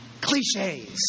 cliches